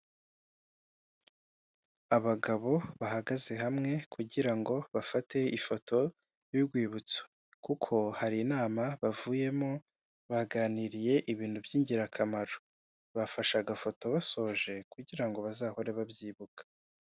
Abagabo bahagaze hamwe kugira ngo bafate ifoto y'urwibutso kuko hari inama bavuyemo baganiriye ibintu by'ingirakamaro bafashe agafoto basoje kugira ngo bazahore babyibuka.